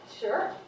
Sure